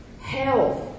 health